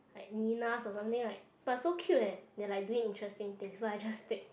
like mynahs or something right but so cute leh they like doing interesting things so I just take